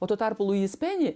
o tuo tarpu luis peni